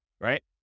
right